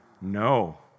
No